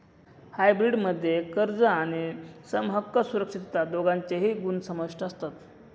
hybrid मध्ये कर्ज आणि समहक्क सुरक्षितता दोघांचेही गुण समाविष्ट असतात